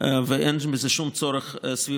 ואין בזה שום צורך סביבתי.